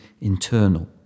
internal